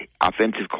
offensive